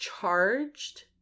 charged